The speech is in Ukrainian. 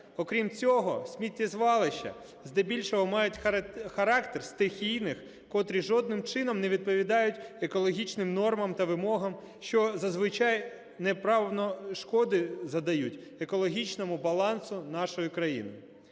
Окрім цього сміттєзвалища здебільшого мають характер стихійних, котрі жодним чином не відповідають екологічним нормам та вимогам, що зазвичай непоправної шкоди задають екологічному балансу нашої країни.